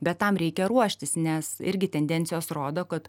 bet tam reikia ruoštis nes irgi tendencijos rodo kad